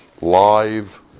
live